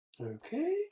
okay